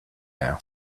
now